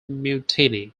mutiny